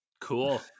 cool